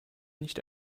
nicht